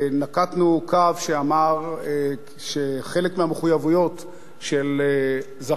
נקטנו קו שאמר שחלק מהמחויבויות של זכייני